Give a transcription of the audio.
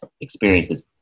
experiences